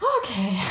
Okay